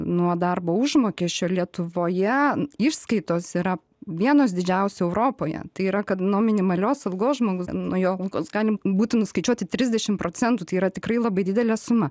nuo darbo užmokesčio lietuvoje išskaitos yra vienos didžiausių europoje tai yra kad nuo minimalios algos žmogus nuo jo algos galim būtų nuskaičiuoti trisdešim procentų tai yra tikrai labai didelė suma